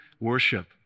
worship